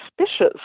suspicious